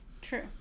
True